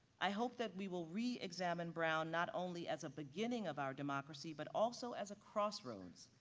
i hope that we will reexamine brown not only as a beginning of our democracy, but also as a crossroads.